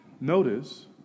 Notice